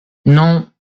non